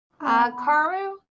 Karu